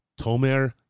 Tomer